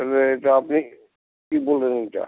তাহলে এটা আপনি কী বলেন এটা